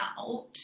out